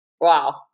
Wow